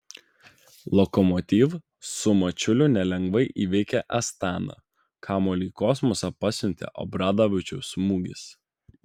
lokomotiv su mačiuliu nelengvai įveikė astaną kamuolį į kosmosą pasiuntė obradovičiaus smūgis